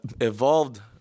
evolved